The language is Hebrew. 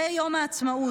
זה יום העצמאות,